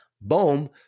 Boom